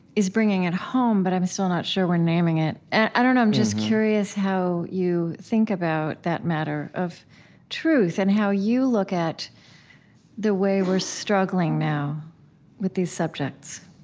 is bringing it home, but i'm still not sure we're naming it. i don't know, i'm just curious how you think about that matter of truth and how you look at the way we're struggling now with these subjects